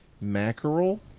Mackerel